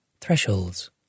Thresholds